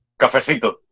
Cafecito